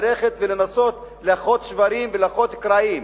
ללכת ולנסות לאחות שברים ולאחות קרעים.